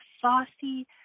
saucy